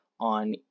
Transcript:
on